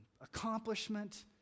accomplishment